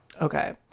Okay